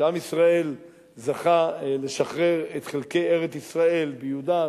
שעם ישראל זכה לשחרר את חלקי ארץ-ישראל ביהודה,